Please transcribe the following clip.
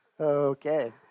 Okay